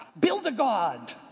Build-A-God